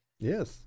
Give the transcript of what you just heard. Yes